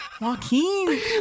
Joaquin